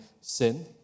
sin